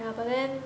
ya but then